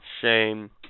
Shame